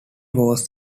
was